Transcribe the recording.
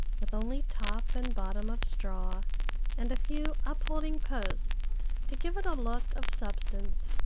with only top and bottom of straw and a few upholding posts to give it a look of substance.